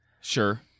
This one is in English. sure